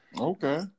Okay